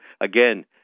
again